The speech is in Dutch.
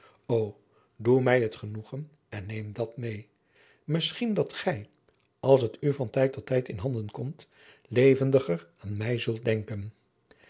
o doe mij het genoegen en neem dat meê misschien dat gij als het u van tijd tot tijd in handen komt levendiger aan mij zult denken